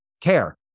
Care